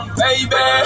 baby